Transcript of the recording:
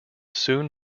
soon